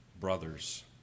brothers